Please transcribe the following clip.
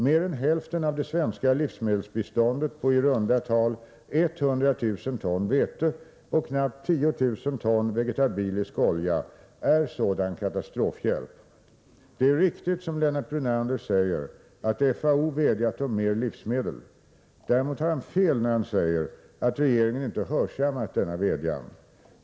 Mer än hälften av det svenska livsmedelsbiståndet på i runda tal 100 000 ton vete och knappt 10 000 ton vegetabilisk olja är sådan katastrofhjälp. Det är riktigt som Lennart Brunander säger att FAO vädjat om mer livsmedel. Däremot har han fel när han säger att regeringen inte hörsammat denna vädjan.